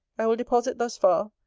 i will deposit thus far.